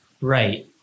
right